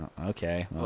Okay